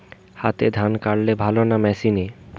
হাতে ধান কাটলে ভালো না মেশিনে?